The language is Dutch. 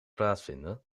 plaatsvinden